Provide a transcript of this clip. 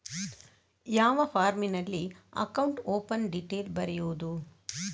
ಯಾವ ಫಾರ್ಮಿನಲ್ಲಿ account open detail ಬರೆಯುವುದು?